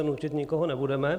Nutit nikoho nebudeme.